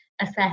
assess